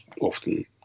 often